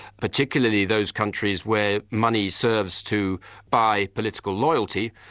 particularly those countries where money serves to buy political loyalty,